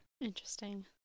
Interesting